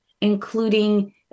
including